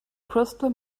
crystal